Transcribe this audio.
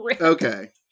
Okay